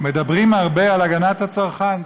מדברים הרבה על הגנת הצרכן,